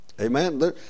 Amen